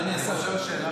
אדוני השר,